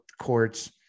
courts